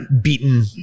beaten